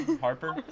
Harper